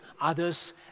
others